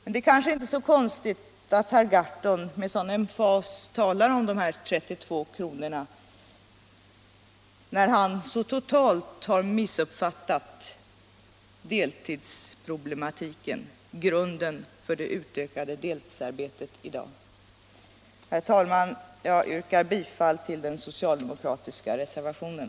Det är kanske inte så konstigt att herr Gahrton med sådan emfas talar om de 32 kronorna, när han så totalt har missuppfattat deltidsproblematiken, grunden för ökningen av deltidsarbetet i dag. Herr talman! Jag yrkar bifall till den socialdemokratiska reservationen.